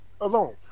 alone